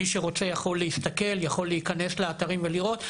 מי שרוצה יכול להסתכל ולהיכנס לאתרים ולראות.